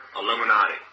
Illuminati